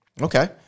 Okay